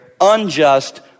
unjust